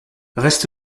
reste